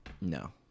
No